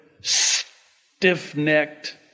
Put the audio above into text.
stiff-necked